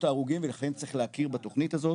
ההרוגים ולכן צריך להכיר בתוכנית הזאת,